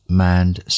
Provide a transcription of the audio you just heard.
manned